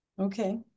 Okay